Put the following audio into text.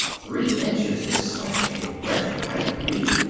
three inches is such a wretched height to be.